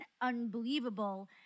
unbelievable